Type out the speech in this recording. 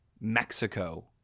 Mexico